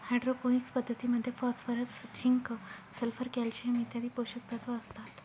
hydroponics पद्धतीमध्ये phosphorus, zinc, sulphur, calcium इत्यादी पोषकतत्व असतात